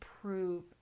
prove